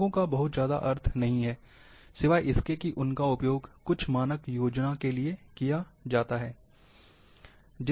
रंगों का बहुत ज़्यादा अर्थ नहीं है सिवाय इसके कि उनका उपयोग कुछ मानक योजना के लिए किया गया है